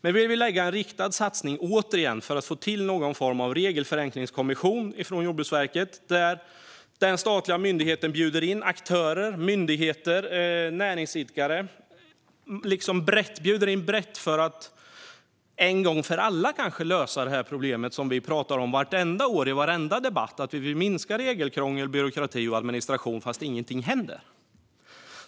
Vi vill göra en riktad satsning för att få till någon form av regelförenklingskommission från Jordbruksverket, där den statliga myndigheten bjuder in aktörer som myndigheter och näringsidkare och bjuder in brett för att en gång för alla lösa det problem som vi talar om vartenda år i varenda debatt. Vi vill minska regelkrånglet, byråkratin och administrationen, men ingenting händer.